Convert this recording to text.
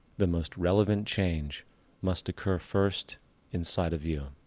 the most relevant change must occur first inside of you.